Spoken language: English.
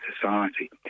society